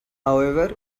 however